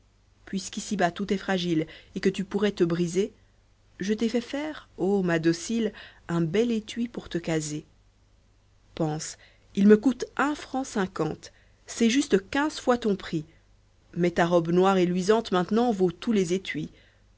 puisquici bas tout est fragile et que tu pourrais te briser je t'ai fait faire ô ma docile un bel étui pour te caser pense il me coûte un franc cinquante c'est juste quinze fois ton prix mais ta robe noire et luisante maintenant vaut tous les étuis